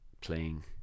playing